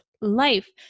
life